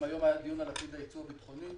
אם היה היום דיון על עתיד הייצוא הביטחוני,